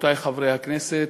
רבותי חברי הכנסת,